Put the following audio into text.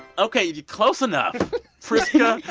ok, close enough priska,